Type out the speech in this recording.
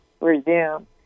resume